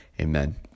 Amen